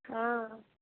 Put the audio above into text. हँ